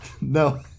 No